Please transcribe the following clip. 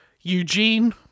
Eugene